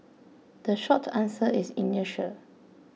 the short answer is inertia